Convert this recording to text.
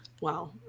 Wow